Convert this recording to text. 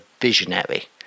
visionary